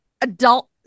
adult